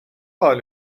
حال